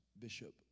Bishop